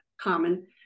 common